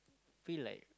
feel like